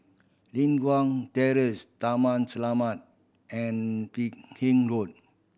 Li Hwan Terrace Taman Selamat and Fernhill Road